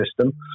system